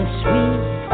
sweet